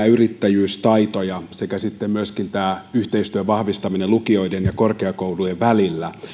yrittäjyystaitoja sekä sitten myöskin yhteistyön vahvistaminen lukioiden ja korkeakoulujen välillä